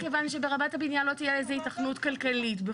כיוון שברמת הבניין לא תהיה לזה היתכנות כלכלית.